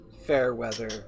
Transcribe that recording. Fairweather